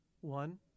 One